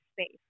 space